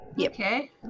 Okay